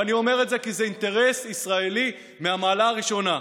ואני אומר את זה כי זה אינטרס ישראלי מהמעלה הראשונה.